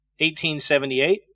1878